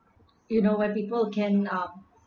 you know when people can uh